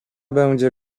będzie